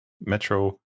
Metro